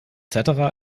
cetera